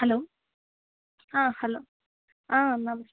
hello hello నమస్తే